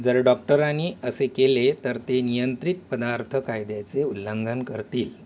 जर डॉक्टरानी असे केले तर ते नियंत्रित पदार्थ कायद्याचे उल्लंघन करतील